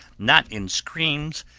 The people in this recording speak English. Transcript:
not in screams,